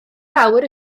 fawr